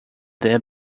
their